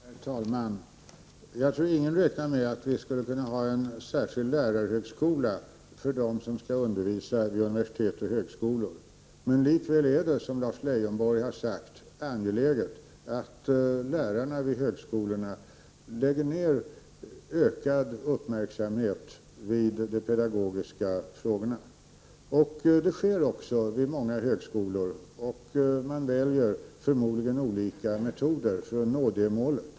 Herr talman! Jag tror ingen räknar med att vi skulle kunna ha en särskild lärarhögskola för dem som skall undervisa vid universitet och högskolor, men likväl är det, som Lars Leijonborg har sagt, angeläget att lärarna vid högskolorna lägger ned ökad uppmärksamhet på de pedagogiska frågorna. Det sker också vid många högskolor, och man väljer förmodligen olika metoder för att nå det målet.